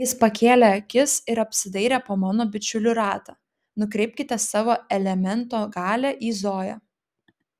jis pakėlė akis ir apsidairė po mano bičiulių ratą nukreipkite savo elemento galią į zoją